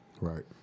right